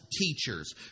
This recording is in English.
teachers